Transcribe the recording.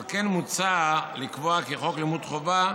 על כן מוצע לקבוע כי חוק לימוד חובה